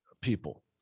people